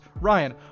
Ryan